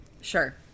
Sure